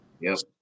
yes